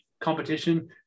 competition